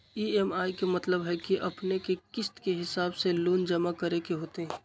EMI के मतलब है कि अपने के किस्त के हिसाब से लोन जमा करे के होतेई?